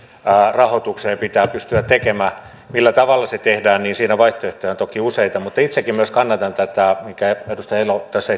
rahoitukseen pitää pystyä tekemään millä tavalla se tehdään siinä vaihtoehtoja on toki useita mutta itsekin kannatan tätä minkä edustaja elo tässä